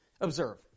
Observe